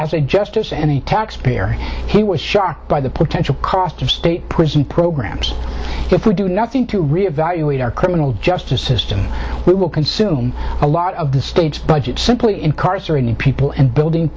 as a justice and taxpayer he was shocked by the potential cost of state prison programs if we do nothing to re evaluate our criminal justice system we will consume a lot of the state's budget simply incarcerating people and building